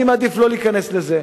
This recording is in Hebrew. אני מעדיף לא להיכנס לזה.